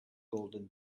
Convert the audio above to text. golden